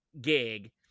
gig